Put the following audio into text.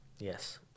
Yes